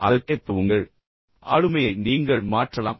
அதற்கேற்ப உங்கள் ஆளுமையை நீங்கள் மாற்றலாம்